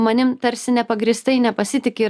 manim tarsi nepagrįstai nepasitiki ir